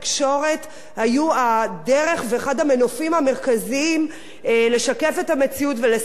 היו הדרך ואחד המנופים המרכזיים לשקף את המציאות ולסייע לנו לשנות.